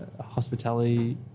hospitality